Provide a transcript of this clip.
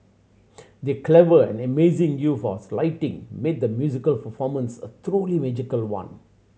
the clever and amazing use of slighting made the musical performance a truly magical one